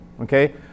okay